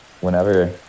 whenever